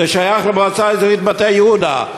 זה שייך למועצה האזורית מטה-יהודה.